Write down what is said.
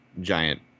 giant